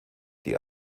die